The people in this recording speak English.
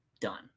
done